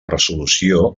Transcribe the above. resolució